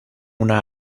una